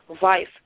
vice